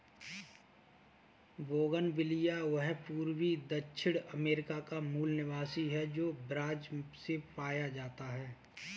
bougainvillea यह पूर्वी दक्षिण अमेरिका का मूल निवासी है, जो ब्राज़ से पाया जाता है